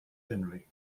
henry